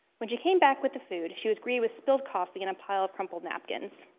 when she came back with the food she was greeted with spilled coffee and a pile of crumpled napkins.